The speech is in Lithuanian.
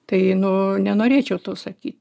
tai nu nenorėčiau to sakyti